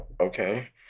Okay